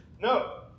No